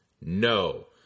No